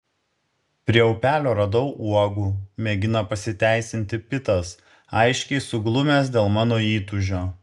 prie upelio radau uogų mėgina pasiteisinti pitas aiškiai suglumęs dėl mano įtūžio